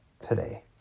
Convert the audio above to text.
today